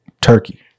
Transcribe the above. Turkey